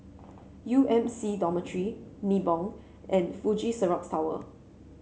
U M C Dormitory Nibong and Fuji Xerox Tower